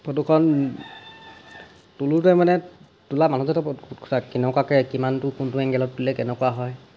ফটোখন তোলোতে মানে তোলা মানুহজনৰ ওপৰত কথা কেনেকুৱাকৈ কিমানটো কোনটো এংগলত দিলে কেনেকুৱা হয়